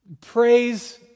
Praise